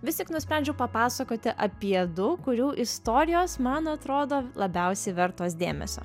vis tik nusprendžiau papasakoti apie du kurių istorijos man atrodo labiausiai vertos dėmesio